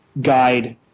guide